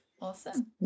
awesome